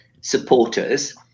supporters